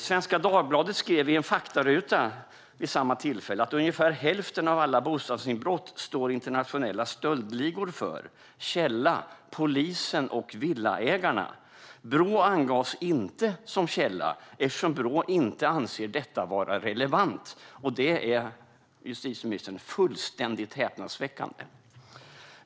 Svenska Dagbladet skrev i en faktaruta vid samma tillfälle att "Ungefär hälften av alla bostadsinbrott står internationella stöldligor för -: Källa: Polisen, Villaägarna". Brå angavs inte som källa eftersom Brå inte anser detta vara relevant. Det är, justitieministern, fullständigt häpnadsväckande.